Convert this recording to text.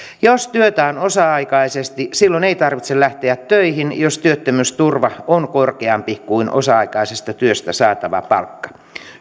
jos työtä on osa aikaisesti silloin ei tarvitse lähteä töihin jos työttömyysturva on korkeampi kuin osa aikaisesta työstä saatava palkka